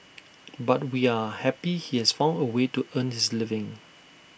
but we are happy he has found A way to earn his living